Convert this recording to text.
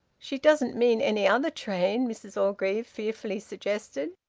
she doesn't mean any other train? mrs orgreave fearfully suggested.